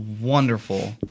wonderful